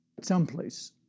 someplace